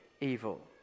evil